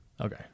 Okay